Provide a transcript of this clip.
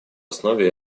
основе